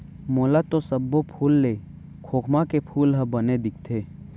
मोला तो सब्बो फूल ले खोखमा के फूल ह बने दिखथे